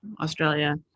Australia